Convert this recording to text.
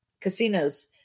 casinos